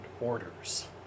orders